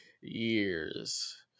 years